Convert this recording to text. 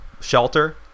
shelter